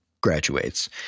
graduates